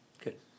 Good